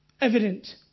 evident